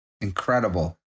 Incredible